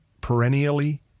perennially